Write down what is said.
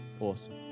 Awesome